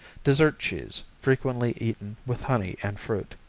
dessert cheese, frequently eaten with honey and fruit.